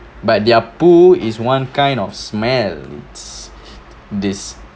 but their poo is one kind of smell this